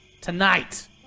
Tonight